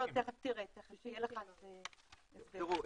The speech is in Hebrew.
לא,